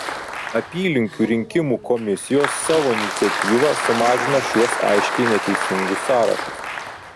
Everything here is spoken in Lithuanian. apylinkių rinkimų komisijos savo iniciatyva sumažino šiuos aiškiai neteisingus sąrašus